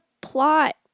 plot